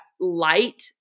light